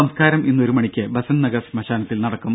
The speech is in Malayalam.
സംസ്കാരം ഇന്ന് ഒരു മണിക്ക് ബസന്റ് നഗർ ശ്മശാനത്തിൽ നടക്കും